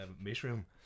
mushroom